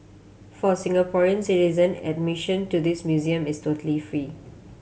for Singaporean citizen admission to this museum is totally free